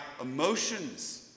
emotions